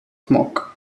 smoke